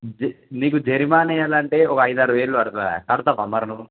జ నీకు జరిమానా వెయ్యాలంటే ఒక ఐదారు వేలు పడుతుంది కడతావా మరి నువ్వు